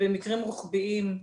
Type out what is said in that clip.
במקרים שהם רוחביים,